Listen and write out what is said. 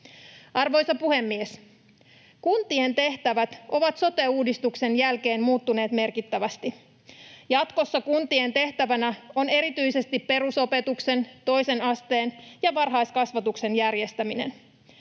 Arvoisa puhemies! Kuntien tehtävät ovat sote-uudistuksen jälkeen muuttuneet merkittävästi. Jatkossa kuntien tehtävänä on erityisesti perusopetuksen, toisen asteen ja varhaiskasvatuksen järjestäminen.